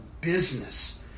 business